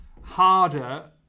harder